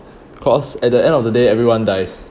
cause at the end of the day everyone dies